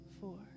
four